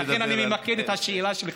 לכן אני ממקד את השאלה של כבודו.